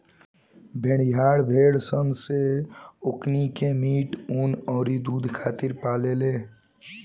भेड़िहार भेड़ सन से ओकनी के मीट, ऊँन अउरी दुध खातिर पाले लेन